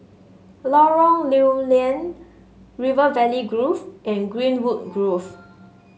Lorong Lew Lian River Valley Grove and Greenwood Grove